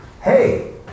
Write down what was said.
hey